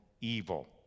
evil